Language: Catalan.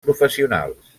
professionals